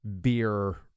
beer